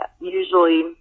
usually